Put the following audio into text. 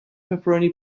pepperoni